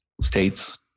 states